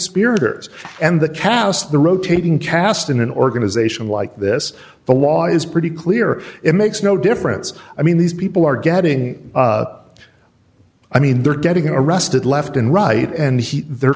conspirators and the cast the rotating cast in an organization like this the law is pretty clear it makes no difference i mean these people are getting i mean they're getting arrested left and right and he they're